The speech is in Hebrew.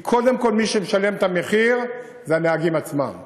כי קודם כול מי שמשלם את המחיר זה הנהגים עצמם,